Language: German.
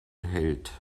hält